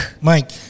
Mike